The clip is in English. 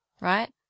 right